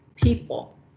people